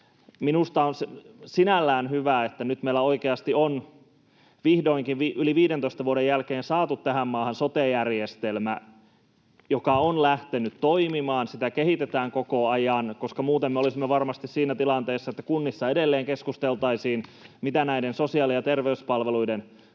Minusta on sinällään hyvä, että nyt meillä oikeasti on vihdoinkin yli 15 vuoden jälkeen saatu tähän maahan sote-järjestelmä, joka on lähtenyt toimimaan, sitä kehitetään koko ajan, koska muuten me olisimme varmasti siinä tilanteessa, että kunnissa edelleen keskusteltaisiin, mitä näiden sosiaali- ja terveyspalveluiden